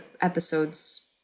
episodes